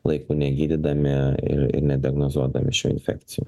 laiku negydydami ir ir nediagnozuodami šių infekcijų